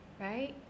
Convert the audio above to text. Right